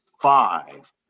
five